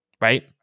right